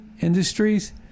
industries